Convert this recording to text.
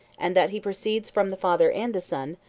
and that he proceeds from the father and the son,